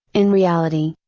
in reality,